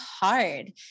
hard